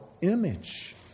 image